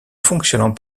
fonctionnant